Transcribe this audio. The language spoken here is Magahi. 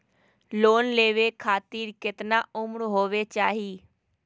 लोन लेवे खातिर केतना उम्र होवे चाही?